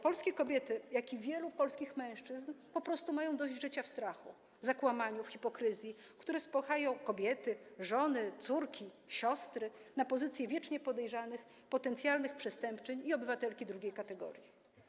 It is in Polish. Polskie kobiety, tak jak i wielu polskich mężczyzn, po prostu mają dość życia w strachu, zakłamaniu, hipokryzji, które spychają kobiety, żony, córki, siostry na pozycję wiecznie podejrzanych potencjalnych przestępczyń i obywatelek drugiej kategorii.